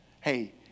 Hey